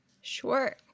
Sure